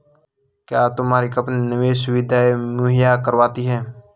क्या तुम्हारी कंपनी निवेश सुविधायें मुहैया करवाती है?